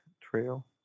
trail